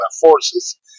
forces